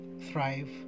thrive